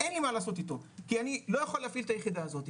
אין לי מה לעשות איתו כי אני לא יכול להפעיל את היחידה הזאתי,